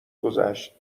گذشت